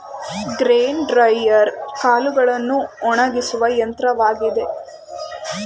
grain dryer ಕಾಳುಗಳನ್ನು ಒಣಗಿಸುವ ಯಂತ್ರವಾಗಿದೆ